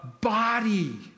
body